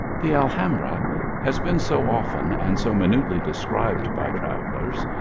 the alhambra has been so often and so minutely described by travellers,